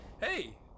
Hey